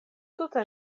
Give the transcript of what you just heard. tute